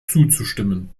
zuzustimmen